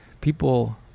people